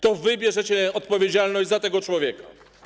To wy bierzecie odpowiedzialność za tego człowieka.